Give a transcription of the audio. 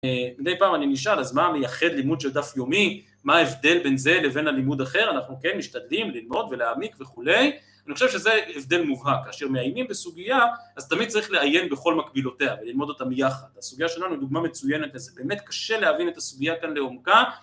מדי פעם אני נשאל אז מה מייחד לימוד של דף יומי, מה ההבדל בין זה לבין הלימוד אחר, אנחנו כן משתדלים ללמוד ולהעמיק וכולי, אני חושב שזה הבדל מובהק, כאשר מעיינים בסוגיה אז תמיד צריך לעיין בכל מקבילותיה וללמוד אותם יחד, הסוגיה שלנו היא דוגמה מצוינת וזה באמת קשה להבין את הסוגיה כאן לעומקה